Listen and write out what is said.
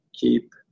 keep